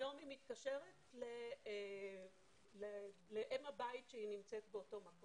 היום היא מתקשרת לאם הבית שהיא נמצאת באותו מקום.